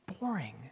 boring